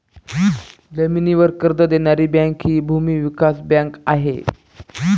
जमिनीवर कर्ज देणारी बँक हि भूमी विकास बँक आहे